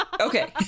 okay